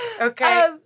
Okay